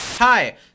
Hi